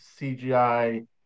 CGI